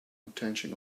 intention